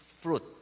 fruit